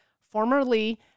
formerly